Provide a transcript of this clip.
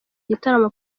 gitaramo